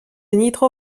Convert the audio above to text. nitro